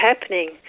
happening